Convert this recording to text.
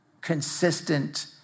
consistent